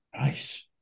Nice